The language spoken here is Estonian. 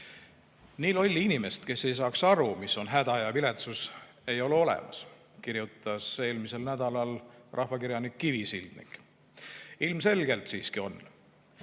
"Nii lolli inimest, kes ei saaks aru, mis on häda ja viletsus, ei ole olemas," kirjutas eelmisel nädalal rahvakirjanik Kivisildnik. Ilmselgelt siiski on.